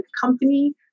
company